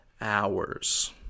hours